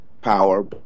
power